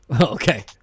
Okay